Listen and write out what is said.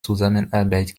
zusammenarbeit